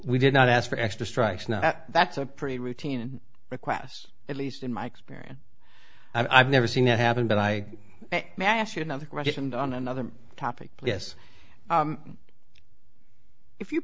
we did not ask for extra strikes now that's a pretty routine requests at least in my experience i've never seen that happen but i may ask you another question and on another topic yes if you